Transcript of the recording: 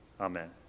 Amen